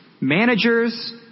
managers